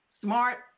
smart